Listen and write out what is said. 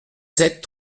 sept